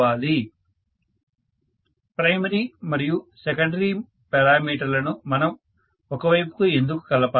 student primary మరియు secondary parameter లను మనం ఒక వైపుకు ఎందుకు కలపాలి